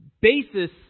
basis